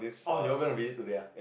oh you gonna be leave today ah